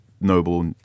Noble